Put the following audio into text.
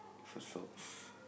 fur socks